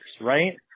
right